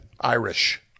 Irish